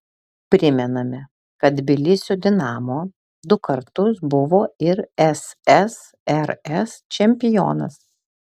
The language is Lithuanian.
primename kad tbilisio dinamo du kartus buvo ir ssrs čempionas